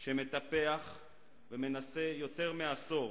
שמטפח ומנסה יותר מעשור